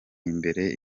imbere